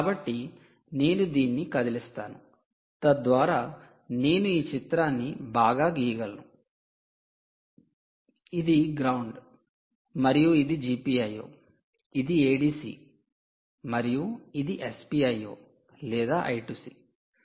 కాబట్టి నేను దీన్ని కదిలిస్తాను తద్వారా నేను ఈ చిత్రాన్ని బాగా గీయగలను ఇది 'గ్రౌండ్' మరియు ఇది GPIO ఇది 'ADC' మరియు ఇది "SPIO" లేదా I2C